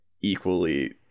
equally